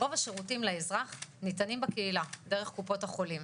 רוב השירותים לאזרח ניתנים בקהילה דרך קופות החולים.